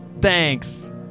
Thanks